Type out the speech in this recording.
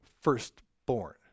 firstborn